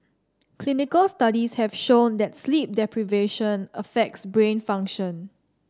clinical studies have shown that sleep deprivation affects brain function